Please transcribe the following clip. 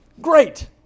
Great